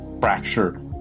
Fractured